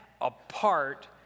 apart